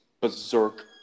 berserk